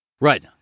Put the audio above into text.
Right